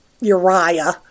Uriah